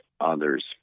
other's